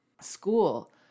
School